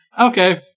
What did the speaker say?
Okay